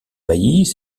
baillis